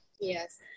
yes